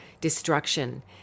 destruction